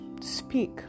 speak